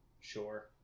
sure